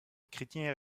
crinière